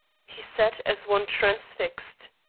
he sat as one transfixed.